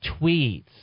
tweets